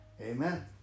Amen